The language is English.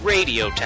Radio